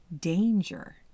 danger